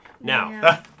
now